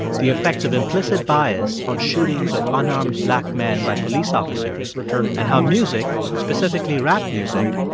the effects of implicit bias on shootings of unarmed black men by police officers and how music, specifically rap music,